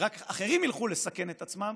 ורק אחרים ילכו לסכן את עצמם,